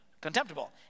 contemptible